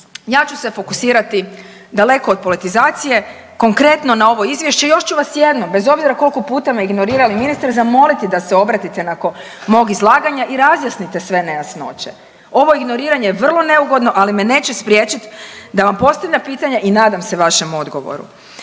Ja ću se fokusirati daleko od politizacije konkretno na ovo izvješće. Još ću vas jednom bez obzira koliko puta me ignorirali ministre zamoliti da se obratite nakon mog izlaganja i razjasnite sve nejasnoće. Ovo ignoriranje je vrlo neugodno, ali me neće spriječiti da vam postavljam pitanje i nadam se vašem odgovoru.